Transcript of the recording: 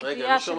בין הכנה של